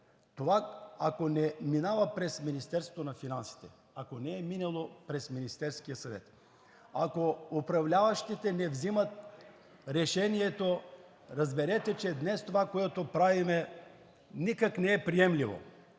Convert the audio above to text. това ако не минава през Министерството на финансите, ако не е минало през Министерския съвет, ако управляващите не взимат решението, разберете, че днес това, което правим, никак не е приемливо.